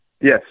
Yes